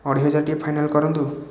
ଅଢ଼େଇ ହଜାର ଟିକେ ଫାଇନାଲ୍ କରନ୍ତୁ